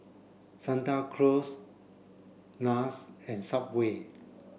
Santa Cruz NARS and Subway